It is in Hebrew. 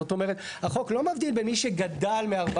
זאת אומרת, החוק לא מבדיל בין מי שגדל מ-400.